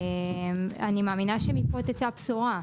אני מאמינה שמפה תצא הבשורה,